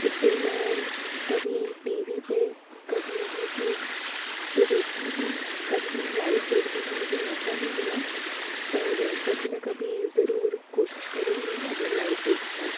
इसे मैं कभी टी वी पर कभी यूट्यूब पर देखती हूँ कभी लाइव देखने का मुझे मौक़ा नहीं मिला पर कभी ना कभी ज़रूर कोशिश करूँगी अगर लाइव देखूँ